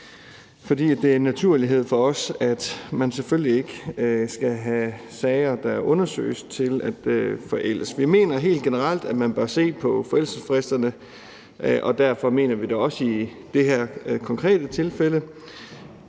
for. Det er en naturlighed for os, at man selvfølgelig ikke skal lade sager, der undersøges, forældes. Vi mener helt generelt, at man bør se på forældelsesfristerne, og derfor mener vi det også i det her konkrete tilfælde.